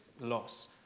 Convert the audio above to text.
loss